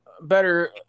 better